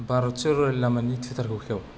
भारतिय रुरेललामानि टुइटारखौ खेव